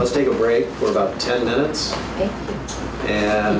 let's take a break for about ten minutes and